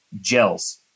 gels